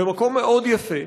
במקום מאוד יפה,